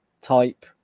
type